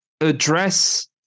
address